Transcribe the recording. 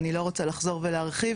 ואני לא רוצה לחזור ולהרחיב,